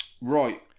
right